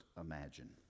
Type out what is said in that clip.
imagine